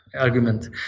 argument